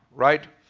right?